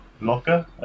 locker